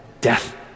death